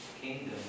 kingdom